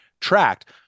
tracked